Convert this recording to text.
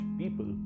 people